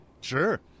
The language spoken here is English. Sure